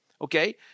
Okay